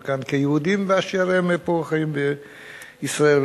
כאן כיהודים באשר הם חיים פה בישראל.